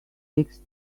fixed